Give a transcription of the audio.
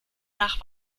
nach